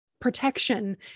protection